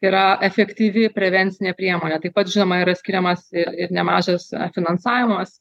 yra efektyvi prevencinė priemonė taip pat žinoma yra skiriamas ir ir nemažas finansavimas